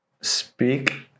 speak